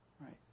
right